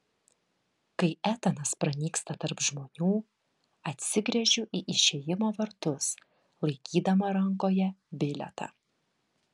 kai etanas pranyksta tarp žmonių atsigręžiu į išėjimo vartus laikydama rankoje bilietą